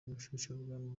umushyushyarugamba